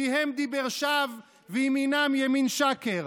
"פיהם דבר שוא וימינם ימין שקר".